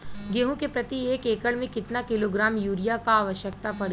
गेहूँ के प्रति एक एकड़ में कितना किलोग्राम युरिया क आवश्यकता पड़ी?